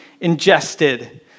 ingested